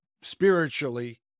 spiritually